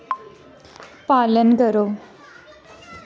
पालन करो